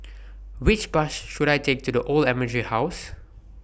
Which Bus should I Take to The Old Admiralty House